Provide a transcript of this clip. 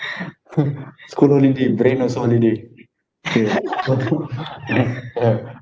school holiday brain also holiday K yeah